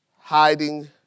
hiding